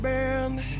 Band